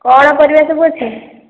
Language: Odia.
କ'ଣ ପରିବା ସବୁ ଅଛି